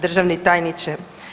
Državni tajniče.